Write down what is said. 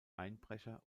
einbrecher